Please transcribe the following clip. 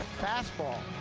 fast ball.